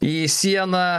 į sieną